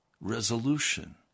resolution